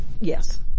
Yes